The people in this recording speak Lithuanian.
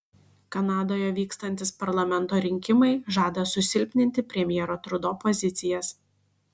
kanadoje vykstantys parlamento rinkimai žada susilpninti premjero trudo pozicijas